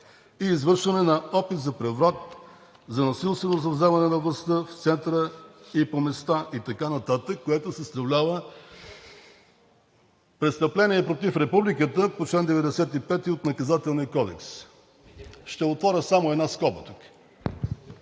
и извършване на опит за преврат, за насилствено завземане на властта в центъра и по места и така нататък, което съставлява престъпление против републиката по чл. 95 от Наказателния кодекс. Ще отворя само една скоба тук.